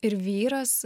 ir vyras